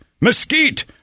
mesquite